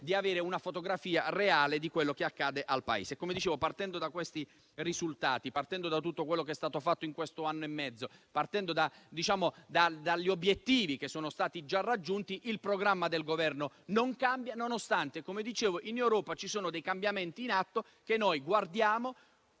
e avere una fotografia reale di quello che accade al Paese. Partendo da questi risultati, partendo da tutto quello che è stato fatto in questo anno e mezzo, partendo dagli obiettivi già raggiunti, il programma del Governo non cambia, nonostante in Europa siano in atto dei cambiamenti che noi guardiamo